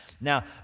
Now